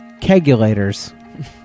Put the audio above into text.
Kegulators